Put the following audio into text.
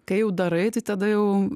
kai jau darai tai tada jau